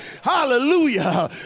Hallelujah